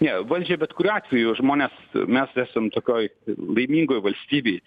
ne valdžia bet kuriuo atveju žmonės mes esam tokioj laimingoj valstybėj